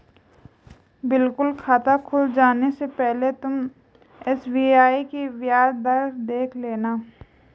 बिल्कुल खाता खुल जाने से पहले तुम एस.बी.आई की ब्याज दर देख लेना